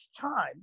time